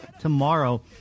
tomorrow